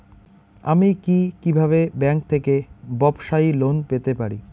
আমি কি কিভাবে ব্যাংক থেকে ব্যবসায়ী লোন পেতে পারি?